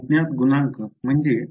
अज्ञात गुणांक आहे